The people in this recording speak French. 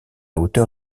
hauteur